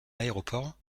aéroport